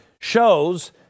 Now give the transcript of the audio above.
shows